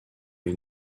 les